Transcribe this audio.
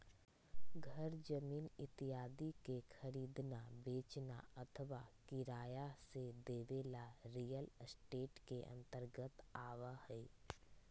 घर जमीन इत्यादि के खरीदना, बेचना अथवा किराया से देवे ला रियल एस्टेट के अंतर्गत आवा हई